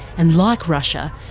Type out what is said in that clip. and like russia,